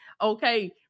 Okay